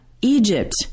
Egypt